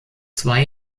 zwei